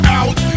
out